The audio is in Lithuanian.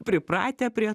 pripratę prie